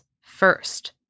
first